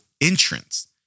entrance